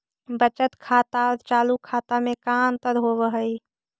बचत खाता और चालु खाता में का अंतर होव हइ?